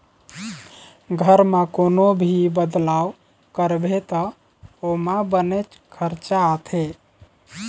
घर म कोनो भी बदलाव करबे त ओमा बनेच खरचा आथे